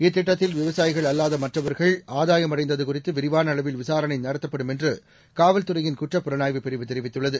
இத்திட்டத்தில் விவசாயிகள் அல்வாத மற்றவர்கள் ஆதாயமடைந்தது குறித்து விரிவான அளவில் விசாரணை நடத்தப்படும் என்று காவல்துறையின் குற்றப் புலனாய்வுப் பிரிவு தெரிவித்துள்ளது